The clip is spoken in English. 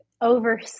over